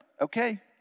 okay